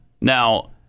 Now